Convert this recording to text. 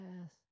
Yes